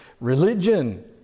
religion